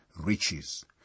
riches